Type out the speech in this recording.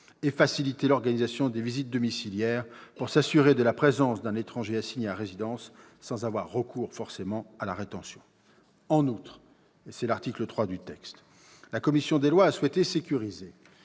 à faciliter l'organisation des visites domiciliaires pour s'assurer de la présence d'un étranger assigné à résidence, sans avoir recours à la rétention. En outre, la commission des lois a souhaité sécuriser,